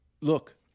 look